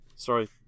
Sorry